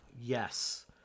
Yes